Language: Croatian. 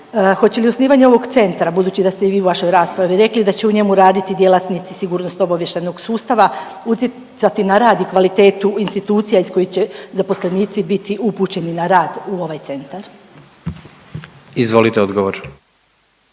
Hoće li osnivanje ovog centra budući da ste i vi u vašoj raspravi rekli da će u njemu raditi djelatnici sigurnosno-obavještajnog sustava, utjecati na rad i kvalitetu institucija iz kojih će zaposlenici biti upućeni na rad u ovaj centar. **Jandroković,